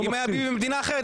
אם היה ביבי במדינה אחרת,